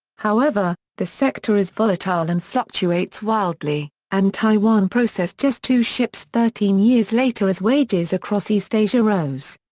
however, the sector is volatile and fluctuates wildly, and taiwan processed just two ships thirteen years later as wages across east asia rose.